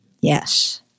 Yes